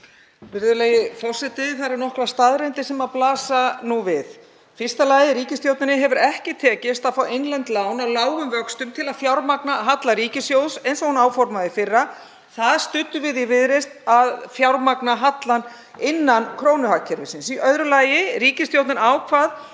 Virðulegi forseti. Það eru nokkrar staðreyndir sem blasa við. Í fyrsta lagi: Ríkisstjórninni hefur ekki tekist að fá innlend lán á lágum vöxtum til að fjármagna halla ríkissjóðs eins og hún áformaði í fyrra. Við í Viðreisn studdum það að fjármagna hallann innan krónuhagkerfisins. Í öðru lagi: Ríkisstjórnin ákvað